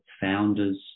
founders